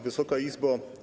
Wysoka Izbo!